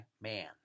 man